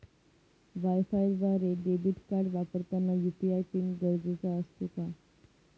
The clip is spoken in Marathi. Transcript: वायफायद्वारे डेबिट कार्ड वापरताना यू.पी.आय पिन गरजेचा असतो का?